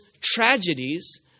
tragedies